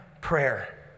prayer